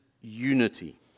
unity